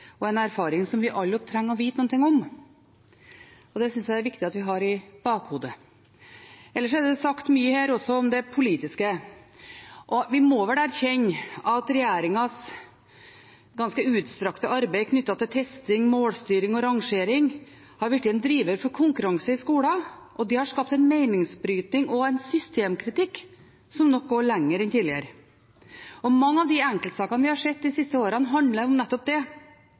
og erfaring som vi alle trenger å få vite noe om. Det synes jeg det er viktig at vi har i bakhodet. Ellers er det sagt mye her også om det politiske, og vi må vel erkjenne at regjeringens ganske utstrakte arbeid med testing, målstyring og rangering har blitt en driver for konkurranse i skolen, og det har skapt en meningsbrytning og en systemkritikk som nok går lenger enn tidligere. Mange av de enkeltsakene vi har sett de siste årene, handler om nettopp det.